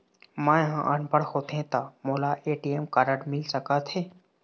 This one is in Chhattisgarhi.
मैं ह अनपढ़ होथे ता मोला ए.टी.एम कारड मिल सका थे?